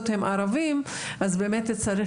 שנמצאים